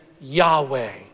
Yahweh